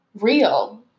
real